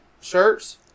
shirts